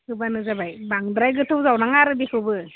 होब्लानो जाबाय बांद्राय गोथौ जावनाङा आरो बेखोबो